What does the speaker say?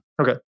Okay